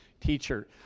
teacher